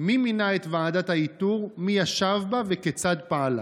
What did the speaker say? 5. מי מינה את ועדת האיתור, מי ישב בה וכיצד פעלה?